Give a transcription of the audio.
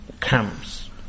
camps